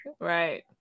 Right